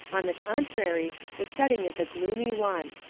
on the contrary, the setting is a gloomy one.